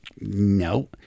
No